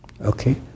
okay